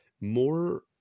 more